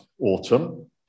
autumn